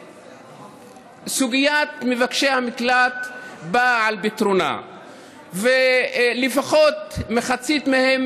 סוגית מבקשי המקלט באה על פתרונה ולפחות מחצית מהם,